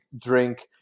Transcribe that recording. drink